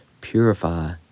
purify